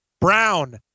Brown